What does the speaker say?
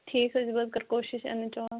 ٹھیٖک حظ بہٕ حظ کَرٕ کوٗشِش یِنٕچ اور